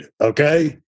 okay